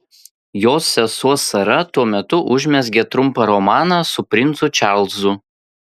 jos sesuo sara tuo metu užmezgė trumpą romaną su princu čarlzu